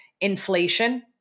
inflation